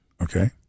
okay